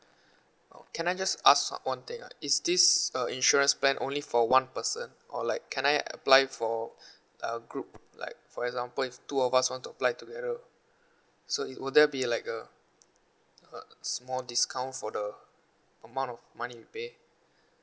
can I just ask one thing ah is this uh insurance plan only for one person or like can I apply for a group like for example if two of us want to apply together so it will there be like a a small discount for the amount of money we pay